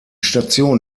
station